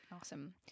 Awesome